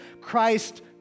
Christ